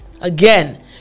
Again